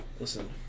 Listen